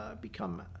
become